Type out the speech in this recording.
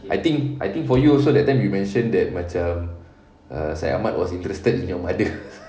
I think I think for you also that time you mentioned that macam err syed ahmad was interested in your mother